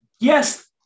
yes